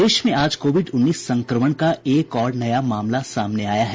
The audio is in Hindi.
प्रदेश में आज कोविड उन्नीस संक्रमण का एक और नया मामला सामने आया है